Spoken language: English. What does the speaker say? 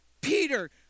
Peter